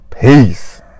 peace